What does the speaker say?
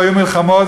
והיו מלחמות,